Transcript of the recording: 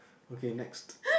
okay next